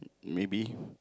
maybe